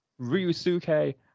Ryusuke